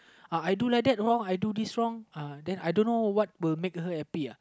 uh I do like that wrong I do this wrong uh then I don't know what will make her happy uh